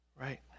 right